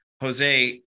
Jose